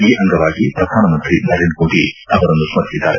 ಈ ಅಂಗವಾಗಿ ಪ್ರಧಾನಮಂತ್ರಿ ನರೇಂದ್ರ ಮೋದಿ ಅವರನ್ನು ಸ್ಮರಿಸಿದ್ದಾರೆ